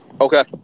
Okay